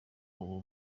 ubu